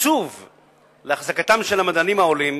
התקציב להחזקתם של המדענים העולים